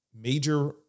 major